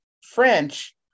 French